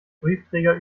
briefträger